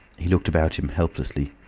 he looked about him helplessly.